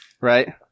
Right